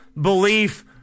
belief